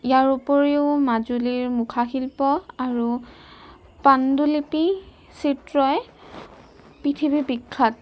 ইয়াৰ উপৰিও মাজুলীৰ মুখাশিল্প আৰু পাণ্ডুলিপি চিত্ৰই পৃথিৱীৰ বিখ্যাত